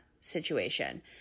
situation